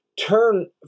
turn